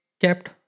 kept